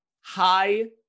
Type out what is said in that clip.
high